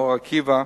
אור-עקיבא,